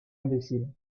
imbécile